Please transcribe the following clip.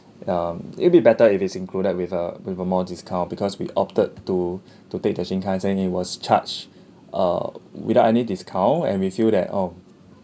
um it'll be better if is included with a with a more discount because we opted to to take the shinkansen it was charged uh without any discount and we feel that oh